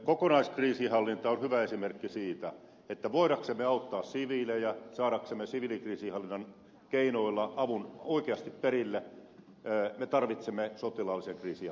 kokonaiskriisinhallinta on hyvä esimerkki siitä että voidaksemme auttaa siviilejä saadaksemme siviilikriisinhallinnan keinoilla avun oikeasti perille me tarvitsemme sotilaallisen kriisinhallinnan välineitä